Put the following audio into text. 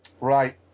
Right